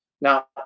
Now